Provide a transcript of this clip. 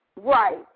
Right